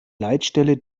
leitstelle